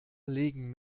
legen